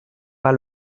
pas